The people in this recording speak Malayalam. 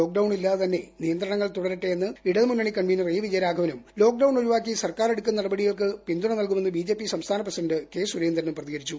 ലോക്ക്ഡൌൺ ഇല്ലാതെ തന്നെ നിയന്ത്രണങ്ങൾ തുടരട്ടെയെന്ന് ഇടതു മുന്നണി കൺവീനർ എ വിജയരാഘവനും ലോക്ഡൌൺ ഒഴിവാക്കി സർക്കാർ എടുക്കുന്ന നടപടികൾക്ക് പിന്തുണ നൽകുമെന്ന് ബിജെപി സംസ്ഥാന പ്രസിഡന്റ് കെ സുരേന്ദ്രനും പ്രതികരിച്ചു